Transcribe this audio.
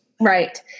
right